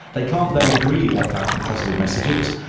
they can't then agree what that positive message is.